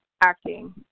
acting